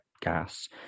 gas